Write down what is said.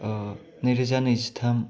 नैरोजा नैजिथाम